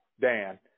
Dan